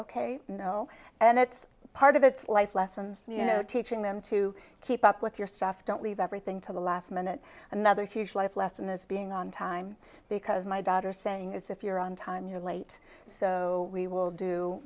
know and that's part of it life lessons you know teaching them to keep up with your stuff don't leave everything to the last minute another huge life lesson is being on time because my daughter's saying is if you're on time you're late so we will do